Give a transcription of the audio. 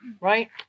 Right